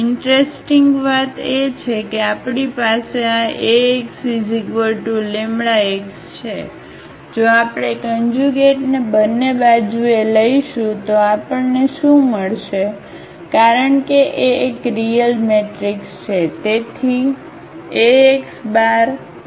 interesting વાત એ છે કે આ આપણી પાસે આ Ax λ x છે જો આપણે કન્જુગેટને બંને બાજુએ લઈશું તો આપણને શું મળશે કારણ કે એ એક રીયલ મેટ્રિક્સ છે તેથી Axx